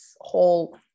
whole